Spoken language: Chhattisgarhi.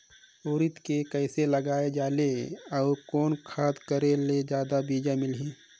उरीद के कइसे लगाय जाले अउ कोन खाद कर करेले जादा बीजा मिलही?